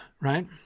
Right